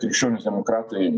krikščionys demokratai